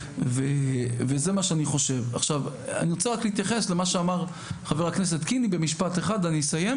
אני רוצה להתייחס למה שאמר חבר הכנסת קינלי ואסיים.